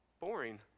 boring